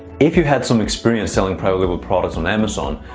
if you've had some experience selling private label products on amazon,